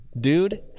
dude